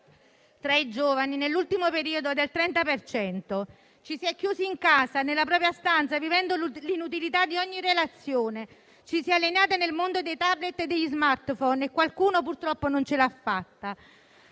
tra i giovani, nell'ultimo periodo, del 30 per cento. Ci si è chiusi in casa, nella propria stanza, vivendo l'inutilità di ogni relazione; ci si è alienati nel mondo dei *tablet* e degli *smartphone* e qualcuno, purtroppo, non ce l'ha fatta.